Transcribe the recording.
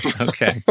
Okay